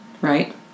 Right